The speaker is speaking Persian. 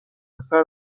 اثر